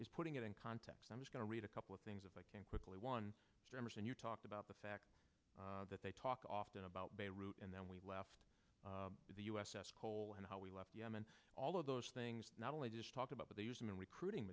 is putting it in context i was going to read a couple of things if i can quickly one and you talked about the fact that they talked often about beirut and then we left the u s s cole and how we left yemen all of those things not only just talked about but they use them in recruiting